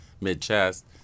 mid-chest